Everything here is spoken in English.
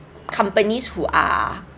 companies who are